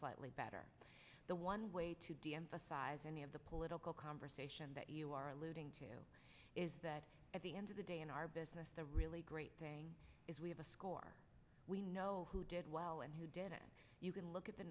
slightly better the one way to deemphasize any of the political conversation that you are alluding to is that at the end of the day in our business the really great thing is we have a score we know who did well and who did it you can look at the